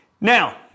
now